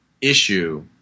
issue